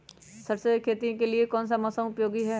सरसो की खेती के लिए कौन सा मौसम उपयोगी है?